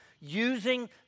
Using